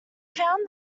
found